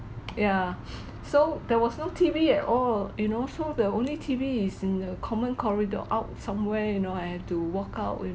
ya so there was no T_V at all you know so the only T_V is in the common corridor out somewhere you know I have to walk out with